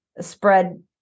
spread